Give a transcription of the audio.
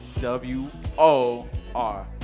w-o-r